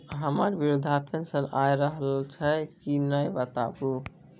हमर वृद्धा पेंशन आय रहल छै कि नैय बताबू?